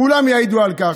כולם יעידו על כך.